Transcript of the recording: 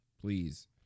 please